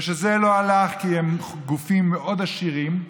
וכשזה לא הלך, כי הם גופים מאוד עשירים,